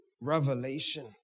Revelation